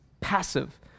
passive